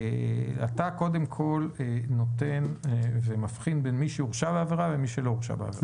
אתה מבחין בין מי שהורשע בעבירה למי שלא הורשע בעבירה.